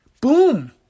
Boom